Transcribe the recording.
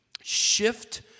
Shift